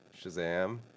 Shazam